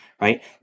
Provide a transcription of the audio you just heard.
right